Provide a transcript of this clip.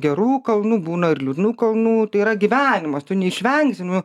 gerų kalnų būna ir liūdnų kalnų tai yra gyvenimas tu neišvengsi nu